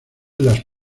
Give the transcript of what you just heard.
las